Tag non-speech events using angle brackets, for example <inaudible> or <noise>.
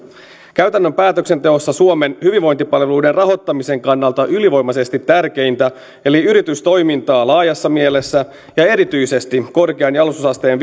käytännön päätöksenteossa suomen hyvinvointipalveluiden rahoittamisen kannalta ylivoimaisesti tärkeintä asiaa eli yritystoimintaa laajassa mielessä ja ja erityisesti korkean jalostusasteen <unintelligible>